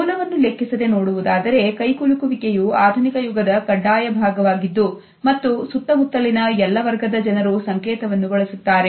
ಮೂಲವನ್ನು ಲೆಕ್ಕಿಸದೆ ನೋಡುವುದಾದರೆ ಕೈಕುಲುಕುವಿಕೆಯು ಆಧುನಿಕ ಯುಗದ ಕಡ್ಡಾಯ ಭಾಗವಾಗಿದ್ದು ಮತ್ತು ಸುತ್ತಮುತ್ತಲಿರುವ ಎಲ್ಲ ವರ್ಗದ ಜನರು ಸಂಕೇತವನ್ನು ಬಳಸುತ್ತಾರೆ